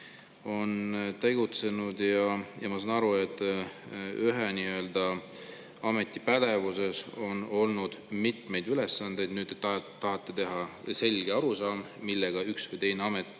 on tegutsenud ja ma saan aru, et ühe ameti pädevuses on olnud mitmeid ülesandeid, aga nüüd te tahate teha selge arusaama, millega üks või teine amet